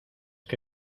que